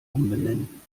umbenennen